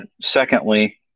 Secondly